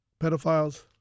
pedophiles